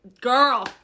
girl